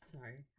Sorry